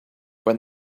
when